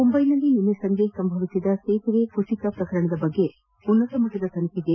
ಮುಂಬೈನಲ್ಲಿ ನಿನ್ನೆ ಸಂಜೆ ಸಂಭವಿಸಿದ ಸೇತುವೆ ಕುಸಿತ ಪ್ರಕರಣದ ಬಗ್ಗೆ ಉನ್ನತ ಮಟ್ಟದ ತನಿಖೆಗೆ ಆದೇಶ